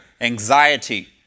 anxiety